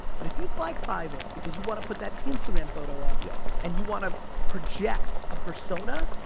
but if you fly private because you want to put that instagram photo up yeah and you want to project a persona,